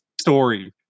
story